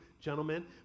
gentlemen